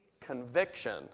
Conviction